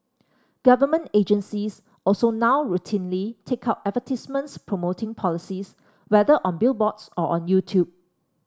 government agencies also now routinely take out advertisements promoting policies whether on billboards or on YouTube